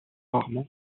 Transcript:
rarement